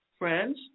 friends